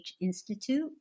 institute